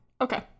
Okay